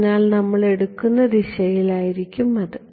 അതിനാൽ നമ്മൾ എടുക്കുന്ന ദിശയായിരിക്കും അത്